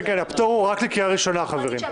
הפטור הוא רק לקריאה ראשונה, חברים.